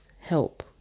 help